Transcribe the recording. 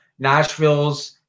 Nashville's